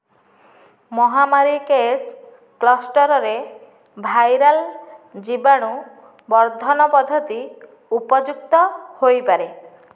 ମହାମାରୀ କେସ୍ କ୍ଲଷ୍ଟରରେ ଭାଇରାଲ୍ ଜୀବାଣୁ ବର୍ଦ୍ଧନ ପଦ୍ଧତି ଉପଯୁକ୍ତ ହୋଇପାରେ